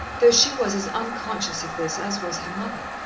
though she was as unconscious of this as was her mother.